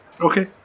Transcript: Okay